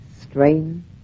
strain